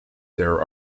there